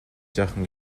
жаахан